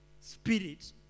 spirit